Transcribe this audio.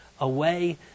away